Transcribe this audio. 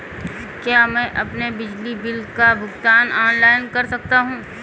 क्या मैं अपने बिजली बिल का भुगतान ऑनलाइन कर सकता हूँ?